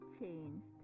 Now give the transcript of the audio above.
changed